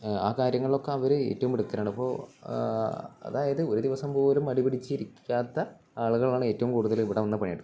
ആ കാര്യങ്ങളൊക്കെ അവര് ഏറ്റവും മിടുക്കരാണ് ഇപ്പോള് ആ അതായത് ഒരു ദിവസം പോലും മടിപിടിച്ചിരിക്കാത്ത ആളുകളാണ് ഏറ്റവും കൂടുതല് ഇവിടെ വന്നു പണിയെടുക്കുന്നത്